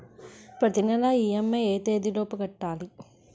ప్రతినెల ఇ.ఎం.ఐ ఎ తేదీ లోపు కట్టాలి?